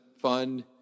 fund